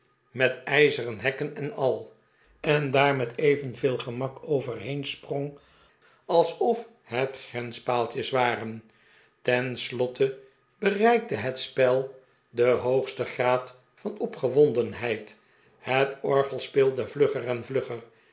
met ijzeren hekken en al en daar met evenveel gemak overheensprong alsof het grenspaaltjes waren ten slotte bereikte het spel den hoogsten graad van opgewondenheid het orgel speelde vlugger en vlugger